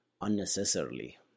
unnecessarily